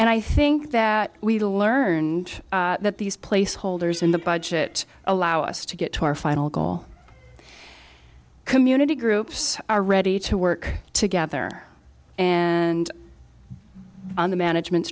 and i think that we learned that these placeholders in the budget allow us to get to our final goal community groups are ready to work together and on the management